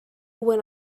when